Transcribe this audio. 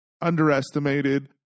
underestimated